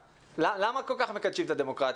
למה כל כך מקדשים את הדמוקרטיה,